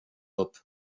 upp